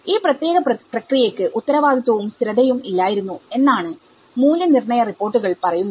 ഈ പ്രത്യേക പ്രക്രിയയ്ക്ക് ഉത്തരവാദിത്വവും സ്ഥിരതയും ഇല്ലായിരുന്നു എന്നാണ് മൂല്യനിർണയ റിപ്പോർട്ടുകൾ പറയുന്നത്